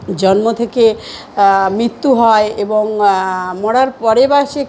জন্ম থেকে মৃত্যু হয় এবং মরার পরে বা সে কী